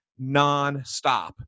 nonstop